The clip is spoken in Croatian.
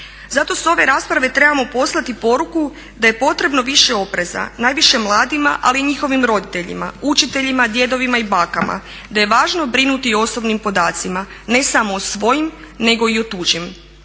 Zato sa ove rasprave trebamo poslati poruku da je potrebno više opreza, najviše mladima ali i njihovim roditeljima, učiteljima, djedovima i bakama da je važno brinuti o osobnim podacima ne samo o svojem nego i o tuđim.